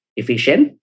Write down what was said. efficient